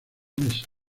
mesa